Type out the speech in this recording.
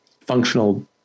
functional